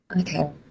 Okay